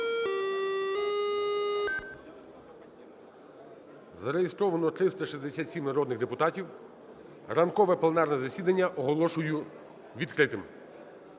Зареєстровано 367 народних депутатів. ранкове пленарне засідання оголошую відкритим.